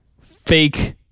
fake